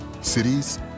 Cities